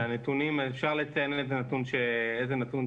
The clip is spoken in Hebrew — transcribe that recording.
אפשר לציין איזה נתון שרוצים